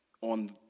on